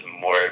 more